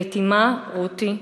ואת אמה רותי,